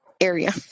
area